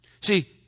See